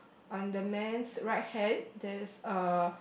on the man's right hand there's a